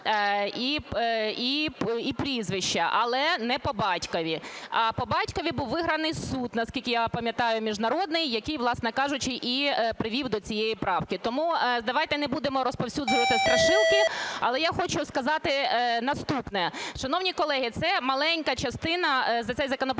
і прізвище, але не по батькові. По батькові був виграний суд, наскільки я пам'ятаю, міжнародний, який, власне кажучи, і привів до цієї правки. Тому давайте не будемо розповсюджувати страшилки. Але я хочу сказати наступне, шановні колеги, за цей законопроект.